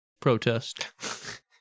protest